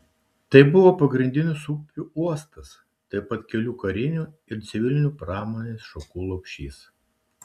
tai buvo pagrindinis upių uostas taip pat kelių karinių ir civilinių pramonės šakų lopšys